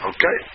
Okay